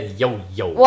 yo-yo